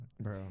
bro